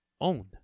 owned